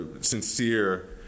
sincere